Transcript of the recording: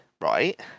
right